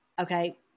okay